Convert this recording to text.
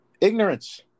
ignorance